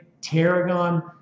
tarragon